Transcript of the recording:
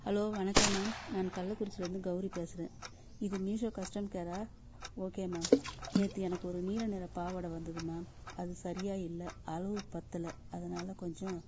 hello வணக்கம் ma'am நான் கள்ளக்குறிச்சியிலேருந்து கவுரி பேசுறேன் இது மீஷோ கஸ்டம்கேரா ஓகே மேம் நேற்று எனக்கு ஒரு நீல நிற பாவாடை வந்தது மேம் அது சரியாக இல்லை அளவு பத்தலை அதனால் கொஞ்சம்